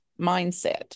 mindset